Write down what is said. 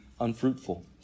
unfruitful